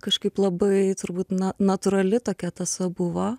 kažkaip labai turbūt na natūrali tokia tąsa buvo